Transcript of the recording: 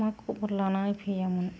मा खबर लानानै फैयामोन